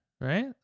right